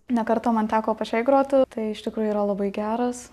ne kartą man teko pačiai groti tai iš tikrųjų yra labai geras